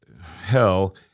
hell